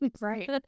right